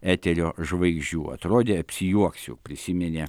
eterio žvaigždžių atrodė apsijuoksiu prisiminė